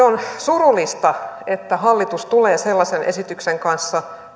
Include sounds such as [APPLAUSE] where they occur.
[UNINTELLIGIBLE] on surullista että hallitus tulee tänne eduskuntaan sellaisen esityksen kanssa